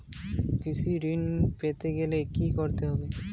কৃষি ঋণ পেতে গেলে কি করতে হবে?